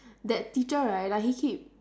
that teacher right like he keep